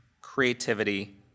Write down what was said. creativity